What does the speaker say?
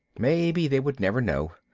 maybe they would never know.